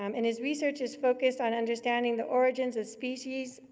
um and his research is focused on understanding the origins of species,